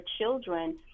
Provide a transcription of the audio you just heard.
children